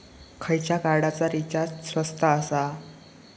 खयच्या कार्डचा रिचार्ज स्वस्त आसा?